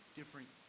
different